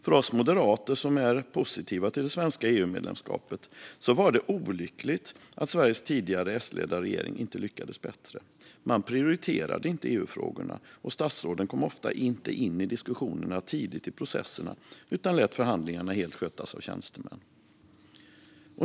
För oss moderater, som är positiva till det svenska EU-medlemskapet, var det olyckligt att Sveriges S-ledda regering inte lyckades bättre. Man prioriterade inte EU-frågorna, och statsråden kom ofta inte in i diskussionerna tidigt i processerna utan lät förhandlingarna skötas helt av tjänstemän.